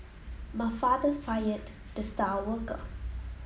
my father fired the star worker